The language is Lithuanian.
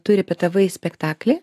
tu ripetavai spektaklį